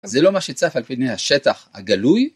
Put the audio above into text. זה לא מה שצף על פני השטח הגלוי.